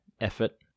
Effort